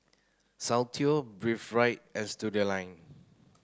Soundteoh Breathe Right and Studioline